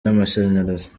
n’amashanyarazi